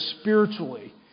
spiritually